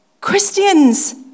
christians